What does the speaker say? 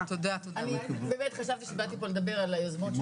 אני באמת חשבתי שבאתי פה לדבר על היוזמות של